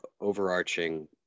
overarching